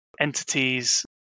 entities